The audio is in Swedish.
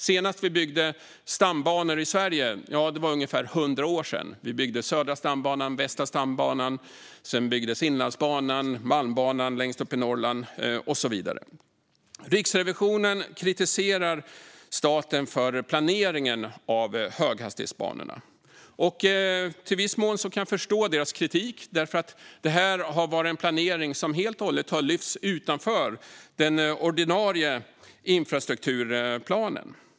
Senast vi byggde stambanor i Sverige var för ungefär hundra år sedan. Vi byggde Södra stambanan och Västra stambanan, och sedan byggdes Inlandsbanan och Malmbanan längst upp i Norrland och så vidare. Riksrevisionen kritiserar staten för planeringen av höghastighetsbanorna. Till viss del kan jag förstå kritiken, för det här har varit en planering som helt och hållet har lyfts utanför den ordinarie infrastrukturplanen.